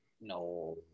No